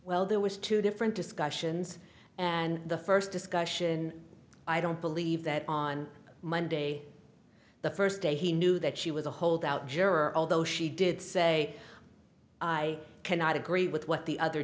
well there was two different discussions and the first discussion i don't believe that on monday the first day he knew that she was a holdout juror although she did say i cannot agree with what the other